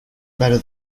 better